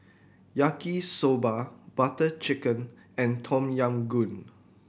Yaki Soba Butter Chicken and Tom Yam Goong